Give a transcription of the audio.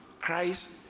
christ